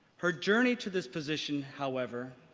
her journey to this position, however,